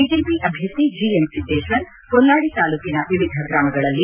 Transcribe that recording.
BJP ಅಭ್ಯರ್ಥಿ G M Siddeshwar Honnali ತಾಲೂಕಿನ ವಿವಿಧ ಗ್ರಾಮಗಳಲ್ಲಿ